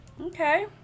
Okay